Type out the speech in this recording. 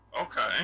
Okay